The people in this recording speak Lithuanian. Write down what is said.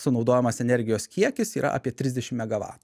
sunaudojamas energijos kiekis yra apie trisdešim megavatų